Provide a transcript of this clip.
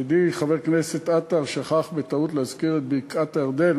ידידי חבר הכנסת עטר שכח בטעות להזכיר את בקעת-הירדן,